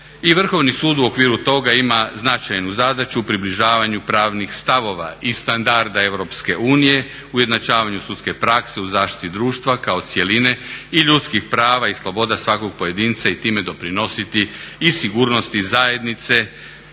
Vrhovni sud u okviru toga ima značajnu zadaću približavanju pravnih stavova i standarda Europske unije, ujednačavanju sudske prakse u zaštiti društva kao cjeline i ljudskih prava i sloboda svakog pojedinca i time doprinositi i sigurnosti zajednice